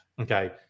Okay